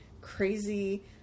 crazy